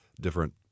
different